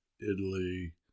Italy